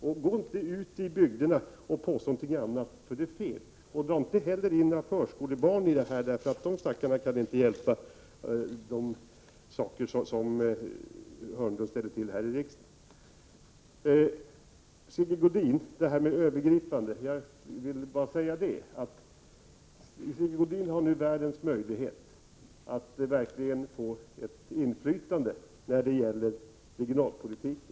Gå inte ut i bygderna och påstå något annat, eftersom det är fel. Dra inte heller in några förskolebarn i detta! De kan ju inte rå för vad Börje Hörnlund ställer till med här i riksdagen. Sigge Godin talade om övergripande diskussioner. Han har ju själv en utmärkt möjlighet att verkligen få ett inflytande när det gäller regionalpolitiken.